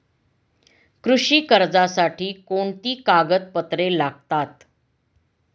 कृषी कर्जासाठी कोणती कागदपत्रे लागतात?